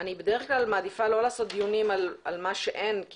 אני בדרך כלל מעדיפה לא לעשות דיונים על מה שאין,